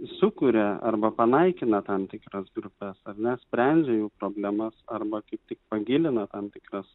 sukuria arba panaikina tam tikras grupes ar ne sprendžia jų problemas arba kaip tik pagilina tam tikras